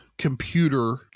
computer